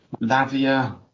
Lavia